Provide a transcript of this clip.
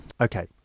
Okay